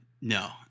No